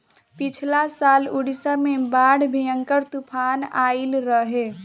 पिछला साल उड़ीसा में बड़ा भयंकर तूफान आईल रहे